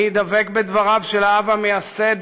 אני דבק בדבריו של האב המייסד